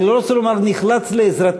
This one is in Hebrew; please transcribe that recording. אני לא רוצה לומר "נחלץ לעזרתך",